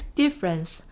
difference